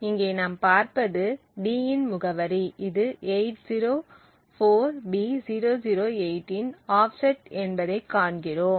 இங்கே நாம் பார்ப்பது d இன் முகவரி இது 804b008 இன் ஆஃப்செட் என்பதைக் காண்கிறோம்